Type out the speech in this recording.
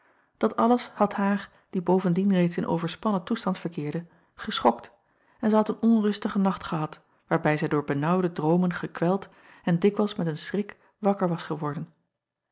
dat alles had haar die bovendien reeds in overspannen toestand verkeerde geschokt en zij had een onrustige nacht gehad waarbij zij door benaauwde droomen gekweld en dikwijls met een schrik wakker was geworden